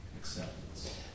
acceptance